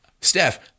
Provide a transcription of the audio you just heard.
Steph